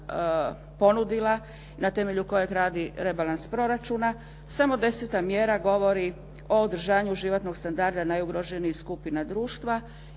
na temelju kojeg radi rebalans proračuna samo deseta mjera govori o održanju životnog standarda najugroženijih skupina društva.